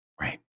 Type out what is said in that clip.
right